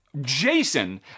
Jason